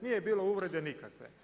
Nije bilo uvrede nikakve.